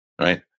right